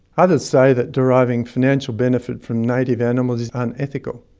others say that deriving financial benefit from native animals is unethical.